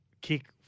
kick